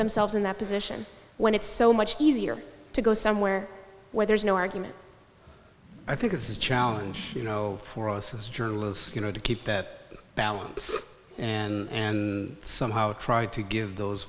themselves in that position when it's so much easier to go somewhere where there's no argument i think is a challenge you know for us as journalists you know to keep that balance and and somehow try to give those